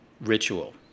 ritual